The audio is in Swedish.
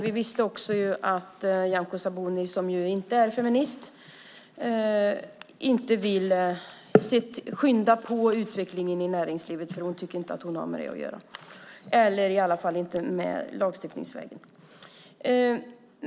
Vi visste också att Nyamko Sabuni, som ju inte är feminist, inte vill skynda på utvecklingen i näringslivet - i alla fall inte lagstiftningsvägen - eftersom hon inte tycker att hon har med det att göra.